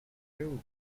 too